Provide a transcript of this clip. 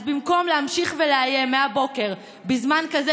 אז במקום להמשיך ולאיים מהבוקר בזמן כזה